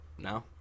No